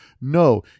no